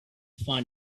find